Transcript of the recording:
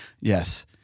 Yes